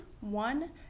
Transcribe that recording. one